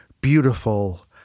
beautiful